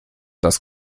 das